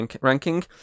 ranking